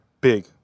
big